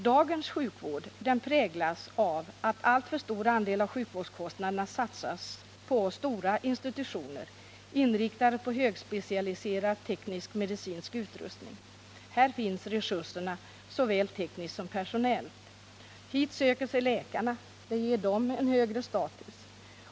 Dagens sjukvård präglas av att alltför stor del av sjukvårdskostnaderna satsas på stora institutioner, inriktade på högspecialiserad teknisk-medicinsk utrustning. Här finns resurserna såväl tekniskt som personellt. Hit söker sig läkarna — det ger dem högre status.